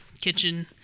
kitchen